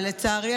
ולצערי,